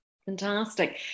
Fantastic